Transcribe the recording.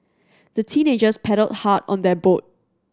the teenagers paddled hard on their boat